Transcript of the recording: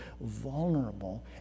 vulnerable